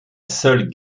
seule